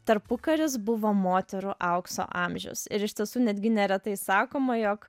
tarpukaris buvo moterų aukso amžius ir iš tiesų netgi neretai sakoma jog